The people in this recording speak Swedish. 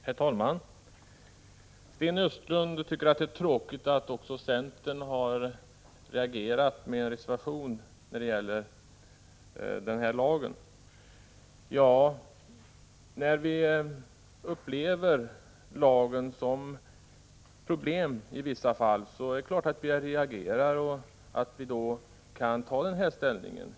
Herr talman! Sten Östlund tycker att det är tråkigt att också centern har reagerat genom att avge reservation beträffande denna lag. Ja, när vi upplever lagen som ett problem i vissa fall är det klart att vi reagerar och tar ställning på detta sätt.